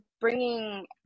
bringing